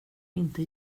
inte